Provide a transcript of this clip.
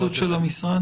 כן, התייחסות של המשרד.